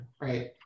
right